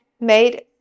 made